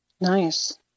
Nice